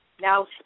now